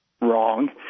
Wrong